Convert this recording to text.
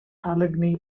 allegheny